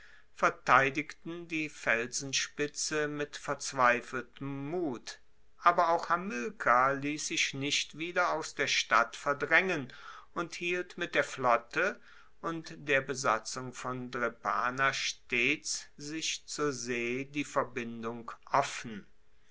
verteidigten die felsenspitze mit verzweifeltem mut aber auch hamilkar liess sich nicht wieder aus der stadt verdraengen und hielt mit der flotte und der besatzung von drepana stets sich zur see die verbindung offen